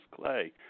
Clay